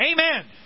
Amen